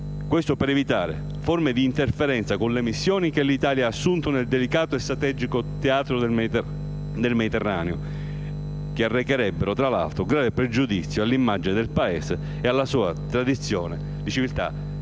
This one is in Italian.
Ciò per evitare forme di interferenza con le missioni che l'Italia ha assunto nel delicato e strategico teatro del Mediterraneo, che arrecherebbero tra l'altro grave pregiudizio all'immagine del Paese e alla sua tradizione di civiltà e